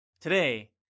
Today